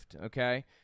okay